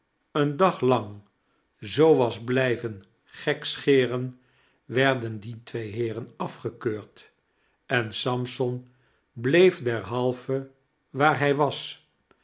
een dag lang zoo was blijven gekscheren werden die twee heeren afgekeurd en sampson bleef derhalve waar hij was